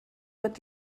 wird